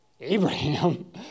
Abraham